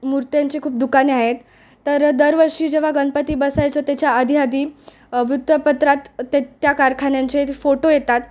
मूर्त्यांचे खूप दुकाने आहेत तर दरवर्षी जेव्हा गणपती बसायचो त्याच्या आधी आधी वृत्तपत्रात ते त्या कारखान्यांचे फोटो येतात